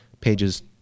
pages